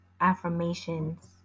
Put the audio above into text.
affirmations